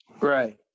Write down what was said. Right